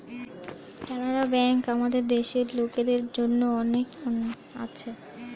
Canara bank আমাদের দেশের লোকদের জন্যে আছে